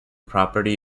property